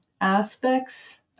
aspects